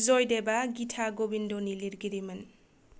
जयदेबआ गीता गोविन्दनि लिरगिरिमोन